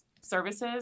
services